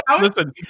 Listen